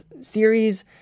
series